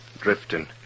drifting